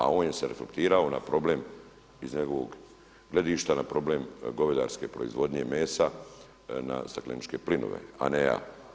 A on se je reflektirao na problem iz njegovog gledišta na problem govedarske proizvodnje mesa na stakleničke plinove a ne ja.